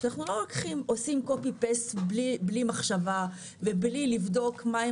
שאנחנו לא עושים העתק-הדבק בלי מחשבה ובלי לבדוק מהן